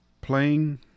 playing